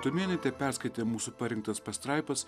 tumėnaitė perskaitė mūsų parinktas pastraipas